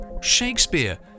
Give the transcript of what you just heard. Shakespeare